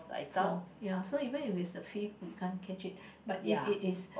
four ya even if it's the fifth we can't catch it but if it is